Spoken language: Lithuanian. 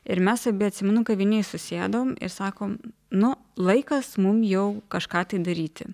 ir mes abi atsimenu kavinėj susėdom ir sakom nu laikas mum jau kažką tai daryti